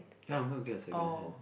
ya I'm gonna get a secondhand